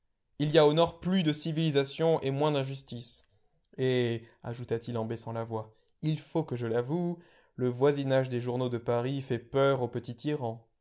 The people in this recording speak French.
il y a au nord plus de civilisation et moins d'injustices et ajouta-t-il en baissant la voix il faut que je l'avoue le voisinage des journaux de paris fait peur aux petits tyrans